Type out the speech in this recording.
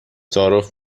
تعارف